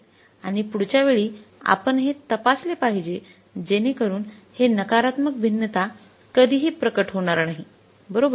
आणि पुढच्या वेळी आपण हे तपासले पाहिजे जेणेकरून हे नकारात्मक भिन्नता कधीही प्रकट होणार नाही बरोबर